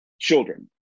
children